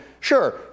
Sure